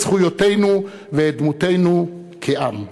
את זכויותינו ואת דמותנו כעם,